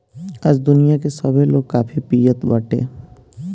आज दुनिया में सभे लोग काफी पियत बाटे